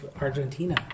Argentina